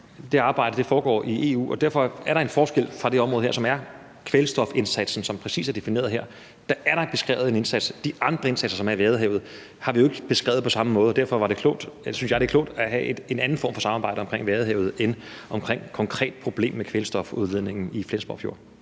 Det arbejde foregår i EU, og derfor er der en forskel fra det område her, som er kvælstofindsatsen, og som præcis er defineret her. Dér er der beskrevet en indsats. De andre indsatser, som er i Vadehavet, har vi jo ikke beskrevet på samme måde, og derfor synes jeg, det er klogt at have en anden form for samarbejde omkring Vadehavet end omkring et konkret problem med kvælstofudledningen i Flensborg Fjord.